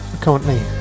Currently